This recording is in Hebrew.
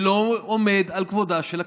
שלא עומד על כבודה של הכנסת.